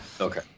Okay